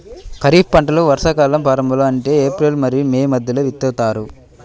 ఖరీఫ్ పంటలను వర్షాకాలం ప్రారంభంలో అంటే ఏప్రిల్ మరియు మే మధ్యలో విత్తుతారు